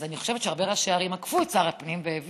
אז אני חושבת שהרבה ראשי ערים עקפו את שר הפנים והעבירו.